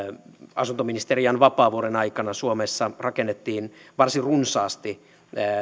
asuntoministeri jan vapaavuoren aikana suomessa rakennettiin varsin runsaasti